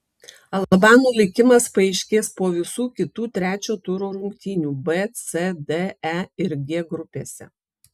albanų likimas paaiškės po visų kitų trečio turo rungtynių b c d e ir g grupėse